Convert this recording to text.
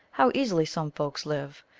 how easily some folks live!